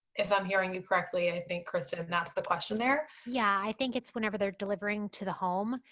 if i'm hearing you correctly, i think, kristen, that's the question there. yeah, i think it's whenever they're delivering to the home,